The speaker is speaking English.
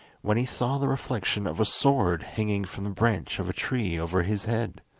when he saw the reflection of a sword hanging from the branch of a tree over his head.